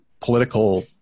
political